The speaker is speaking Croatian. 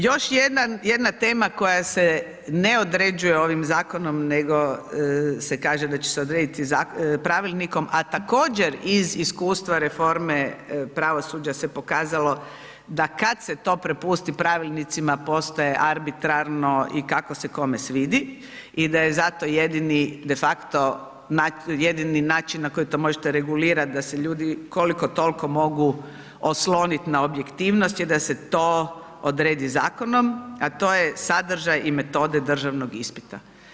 Još jedna tema koja se ne određuje ovim zakonom, nego se kaže da će se odrediti pravilnikom, a također iz iskustva reforme pravosuđa se pokazalo da kad se to prepusti pravilnicima postaje arbitrarno i kako se kome svidi i da je zato jedini de facto, jedini način na koji to možete regulirat da se ljudi koliko toliko mogu osloniti na objektivnosti, a da se to odredi zakonom, a to je sadržaj i metode državnog ispita.